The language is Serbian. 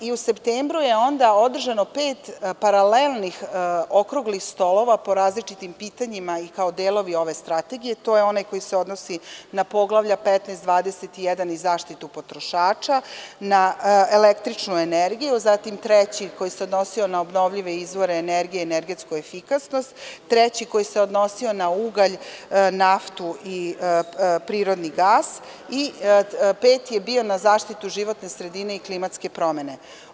U septembru je održano pet paralelnih okruglih stolova po različitim pitanjima i kao delovi ove Strategije, to je onaj koji se odnosi na poglavlja 15, 21 – zaštita potrošača, na električnu energiju, treći koji se odnosio na obnovljive izvore energije i energetsku efikasnost, treći koji se odnosio na ugalj, naftu i prirodni gas i peti je bio na zaštitu životne sredine i klimatske promene.